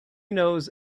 knows